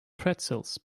pretzels